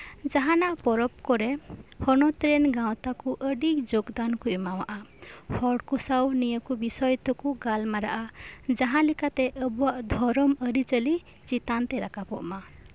ᱡᱟᱦᱟᱱᱟᱜ ᱯᱚᱨᱚᱵᱽ ᱠᱚᱨᱮᱜ ᱦᱚᱱᱚᱛ ᱨᱮᱱ ᱜᱟᱶᱛᱟ ᱠᱚ ᱟᱹᱰᱤ ᱡᱳᱜ ᱫᱟᱱ ᱠᱚ ᱮᱢᱟᱜᱼᱟ ᱦᱚᱲ ᱠᱚ ᱥᱟᱶ ᱱᱤᱭᱟᱹ ᱠᱚ ᱵᱤᱥᱚᱭ ᱛᱮᱠᱚ ᱜᱟᱞᱢᱟᱨᱟᱜᱼᱟ ᱡᱟᱦᱟᱸ ᱞᱮᱠᱟᱛᱮ ᱟᱵᱚᱣᱟᱜ ᱫᱷᱚᱨᱚᱢ ᱟᱹᱨᱤᱪᱟᱹᱞᱤ ᱪᱮᱛᱟᱱ ᱛᱮ ᱨᱟᱠᱟᱵᱚᱜᱼᱢᱟ